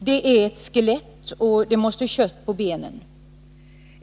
Den är ett skelett, och det måste till kött på benen.